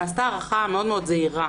נעשתה הערכה מאוד זהירה,